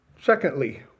Secondly